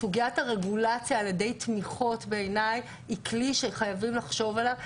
סוגיית הרגולציה על ידי תמיכות בעיניי היא כלי שחייבים לחשוב עליו.